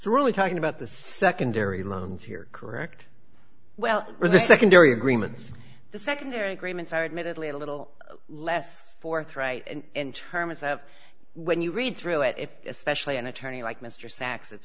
through talking about the secondary lines here correct well the secondary agreements the secondary agreements are admittedly a little less forthright and terms of when you read through it if especially an attorney like mr sacks it's